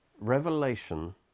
revelation